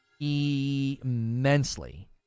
Immensely